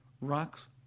rocks